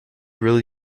really